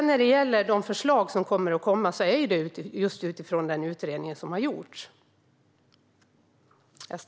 När det gäller de förslag som kommer att komma är det utifrån just den utredning som har gjorts.